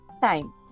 time